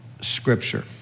Scripture